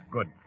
Good